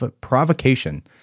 provocation